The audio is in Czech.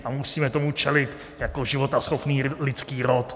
A musíme tomu čelit jako životaschopný lidský rod.